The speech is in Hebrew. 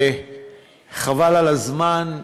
חבל על הזמן.